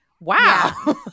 Wow